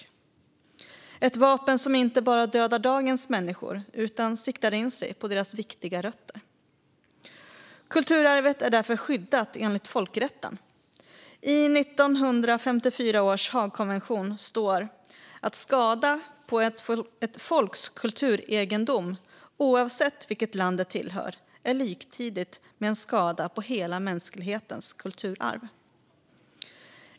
Det är ett vapen som inte bara dödar dagens människor utan siktar in sig på deras viktiga rötter. Kulturarvet är därför skyddat enligt folkrätten. I 1954 års Haagkonvention står det: En skada på ett folks kulturegendom, oavsett vilket land den tillhör, är liktydigt med en skada på hela mänsklighetens kulturarv.